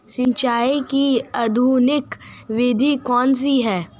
सिंचाई की आधुनिक विधि कौनसी हैं?